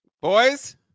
Boys